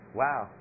wow